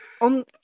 on